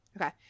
Okay